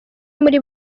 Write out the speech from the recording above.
muri